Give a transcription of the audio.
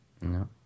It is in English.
no